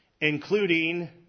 including